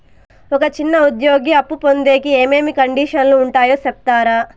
ఒక చిన్న ఉద్యోగి అప్పు పొందేకి ఏమేమి కండిషన్లు ఉంటాయో సెప్తారా?